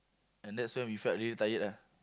and that's when we felt really tired ah